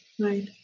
Right